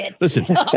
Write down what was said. Listen